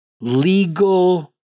legal